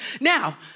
now